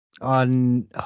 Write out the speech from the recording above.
on